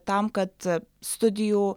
tam kad studijų